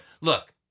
Look